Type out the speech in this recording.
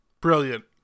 Brilliant